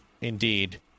Indeed